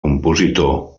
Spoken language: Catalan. compositor